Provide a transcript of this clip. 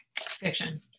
fiction